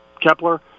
Kepler